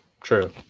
true